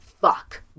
fuck